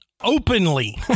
openly